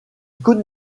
côte